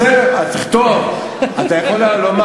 בסדר, אז תכתוב, אתה יכול לומר